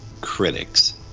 critics